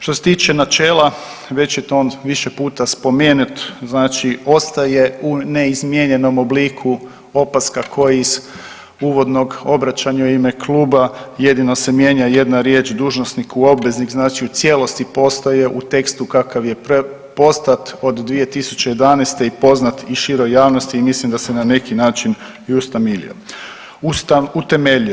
Što se tiče načela, već je to više spomenut, znači ostaje u neizmijenjenom obliku opaska ko iz uvodnog obraćanja u ime Kluba, jedno se mijenja jedna riječ, dužnosnik u obveznik, znači u cijelosti postaje u tekstu kakav je postat od 2011. i poznat i široj javnosti i mislim da se na neki način i ustabilio, utemeljio.